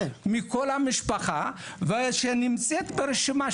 מכל המשפחה ושנמצאת ברשימה,